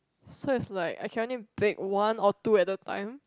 so it's like I can only bake one or two at a time